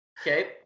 Okay